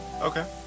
Okay